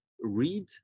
read